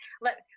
let